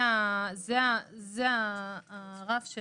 זה הרף על